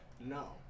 No